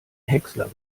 häcksler